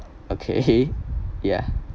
okay yeah